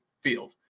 field